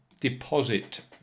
deposit